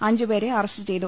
അഞ്ചുപേരെ അറസ്റ്റ് ചെയ്തു